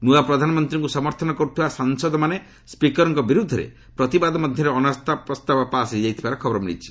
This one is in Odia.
ନୁଆ ପ୍ରଧାନମନ୍ତ୍ରୀଙ୍କୁ ସମର୍ଥନ କରୁଥିବା ସାଂସଦମାନେ ସ୍ୱିକରଙ୍କ ବିରୁଦ୍ଧରେ ପ୍ରତିବାଦ ମଧ୍ୟରେ ଅନାସ୍ଥା ପ୍ରସ୍ତାବ ପାସ୍ ହୋଇଯାଇଥିବାର ଖବର ମିଳିଛି